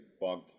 bug